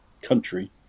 country